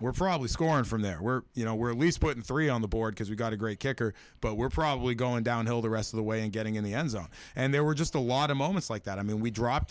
we're probably scoring from there were you know we're at least putting three on the board because we've got a great kicker but we're probably going downhill the rest of the way and getting in the end zone and there were just a lot of moments like that i mean we dropped